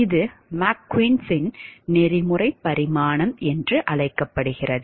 இது மெக்குயன்ஸ்McCuen's இன் நெறிமுறை பரிமாணம் என்று அழைக்கப்படுகிறது